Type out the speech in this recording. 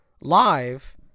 live